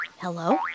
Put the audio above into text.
Hello